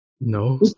No